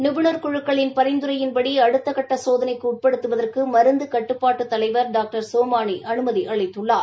நிபுணர் குழுக்களின் பரிந்துரையின்படி அடுத்தக்கட்ட சோதனைக்கு உட்படுத்துவதற்கு மருந்து கட்டுப்பாட்டு தலைவர் டாக்டர் சோமானி அனுமதி அளித்துள்ளார்